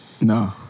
No